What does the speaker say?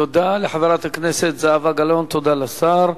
תודה לחברת הכנסת זהבה גלאון, תודה לשר.